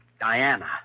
Diana